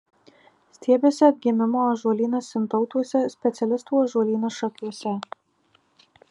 stiebiasi atgimimo ąžuolynas sintautuose specialistų ąžuolynas šakiuose